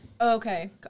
Okay